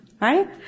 right